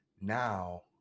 now